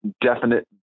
definite